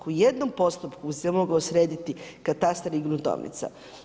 U jednom postupku se moglo srediti katastar i gruntovnica.